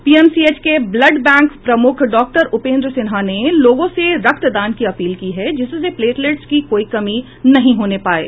PMCH के blood bank प्रमुख doctor Upendra Sinha ने लोगों से रक्तदान की अपील की है जिससे प्लेटलेट्स की कोई कमी नहीं होने पाये